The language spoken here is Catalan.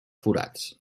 forats